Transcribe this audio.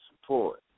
support